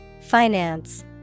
Finance